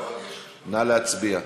נא להצביע.